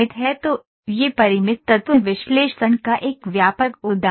तो यह परिमित तत्व विश्लेषण का एक व्यापक उदाहरण है